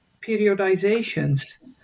periodizations